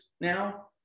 now